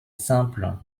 simple